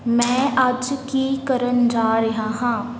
ਮੈਂ ਅੱਜ ਕੀ ਕਰਨ ਜਾ ਰਿਹਾ ਹਾਂ